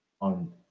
on